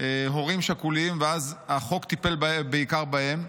הורים שכולים, ואז החוק טיפל בעיקר בהם.